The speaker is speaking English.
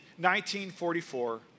1944